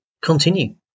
continue